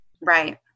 Right